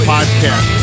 Podcast